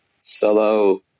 solo